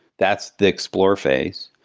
that's the explore phase.